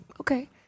Okay